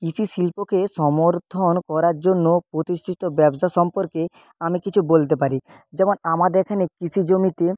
কৃষি শিল্পকে সমর্থন করার জন্য প্রতিষ্ঠিত ব্যবসা সম্পর্কে আমি কিছু বলতে পারি যেমন আমাদের এখানে কিছু জমিতে